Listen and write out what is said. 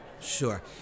sure